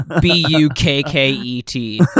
B-U-K-K-E-T